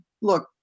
look